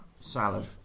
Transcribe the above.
Salad